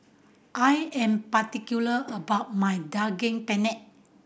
I am particular about my Daging Penyet